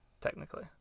technically